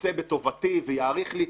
ירצה בטובתי ויאריך לי.